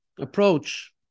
approach